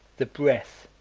the breath,